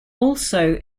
also